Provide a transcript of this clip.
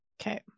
Okay